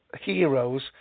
heroes